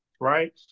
right